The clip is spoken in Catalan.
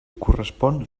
correspon